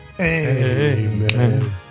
Amen